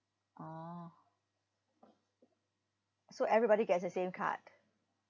oh so everybody gets the same card